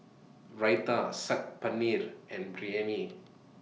Raita Sag Paneer and Biryani